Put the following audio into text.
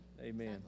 amen